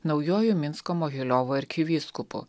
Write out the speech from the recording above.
naujuoju minsko mogiliovo arkivyskupu